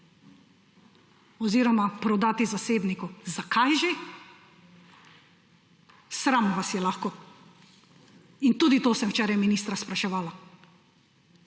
oziroma prodati zasebniku. Zakaj že? Sram vas je lahko. In tudi to sem včeraj ministra spraševala.